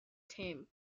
term